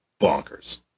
bonkers